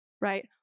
right